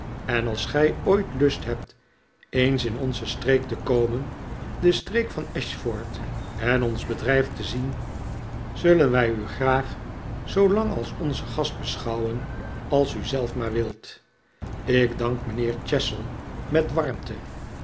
en als gij ooit lust hebt eens in onze streek te komen de streek van ashford en ons bedrijf te zien zullen wij u graag zoo lang als onzen gast beschouwen als u zelf maar wilt ik dank mijnheer chestle met warmte